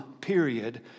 period